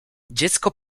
dziecko